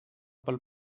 pel